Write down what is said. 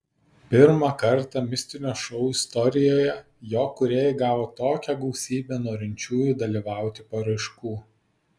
pirmą kartą mistinio šou istorijoje jo kūrėjai gavo tokią gausybę norinčiųjų dalyvauti paraiškų